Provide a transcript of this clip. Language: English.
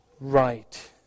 right